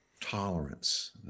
tolerance